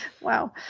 Wow